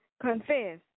confess